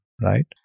right